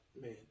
man